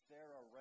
Sarah